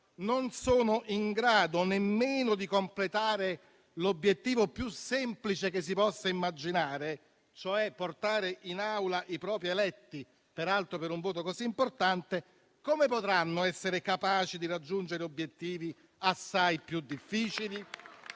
non sono in grado nemmeno di completare l'obiettivo più semplice che si possa immaginare, quello cioè di portare in Aula i propri eletti, peraltro per un voto così importante, come potranno essere capaci di raggiungere obiettivi assai più difficili?